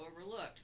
overlooked